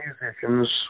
musicians